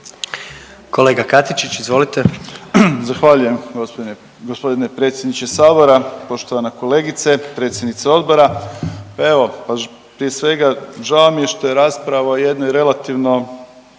**Katičić, Krunoslav (HDZ)** Zahvaljujem g. predsjedniče Sabora, poštovana kolegice, predsjednice Odbora. Evo, pa prije svega, žao mi je što je rasprava o jedno relativnoj